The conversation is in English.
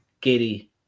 giddy